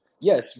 Yes